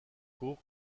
koch